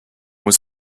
was